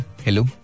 Hello